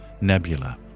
Nebula